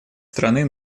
страны